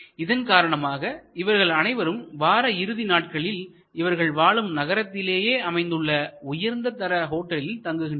இதன் காரணமாக இவர்கள் அனைவரும் வார இறுதி நாட்களில் இவர்கள் வாழும் நகரத்திலேயே அமைந்துள்ள உயர்தர ஹோட்டலில் தங்குகின்றனர்